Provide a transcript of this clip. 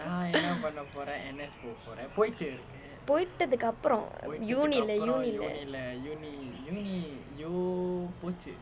போயிட்டதுக்கு அப்புறம்:poyittathukku appuram university leh university leh